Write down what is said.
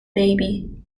baby